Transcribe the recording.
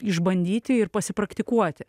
išbandyti ir pasipraktikuoti